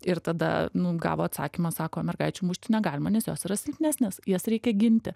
ir tada nu gavo atsakymą sako mergaičių mušti negalima nes jos yra silpnesnės jas reikia ginti